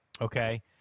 Okay